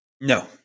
no